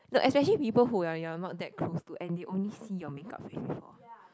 no especially people who you're you're not that close to and they only see your make up before